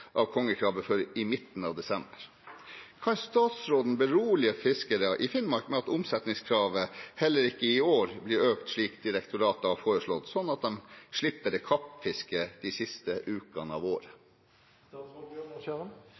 av kongekrabbe før i midten av desember. Kan statsråden berolige fiskere i Finnmark med at omsetningskravet heller ikke i år blir økt, slik direktoratet har foreslått, sånn at de slipper å kappfiske de siste ukene av